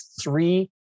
three